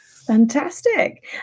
Fantastic